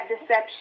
deception